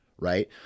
Right